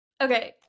Okay